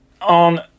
on